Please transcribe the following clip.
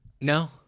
No